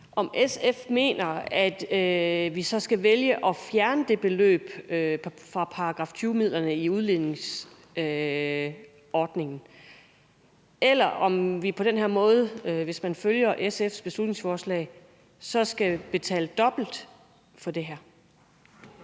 om SF mener, at vi så skal vælge at fjerne det beløb fra § 20-midlerne i udligningsordningen, eller om vi på den her måde, hvis man følger SF's beslutningsforslag, så skal betale dobbelt for det her.